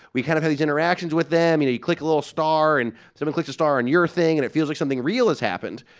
we kind of have these interactions with them. you know, you click a little star, and someone clicks a star on your thing. and it feels like something real has happened.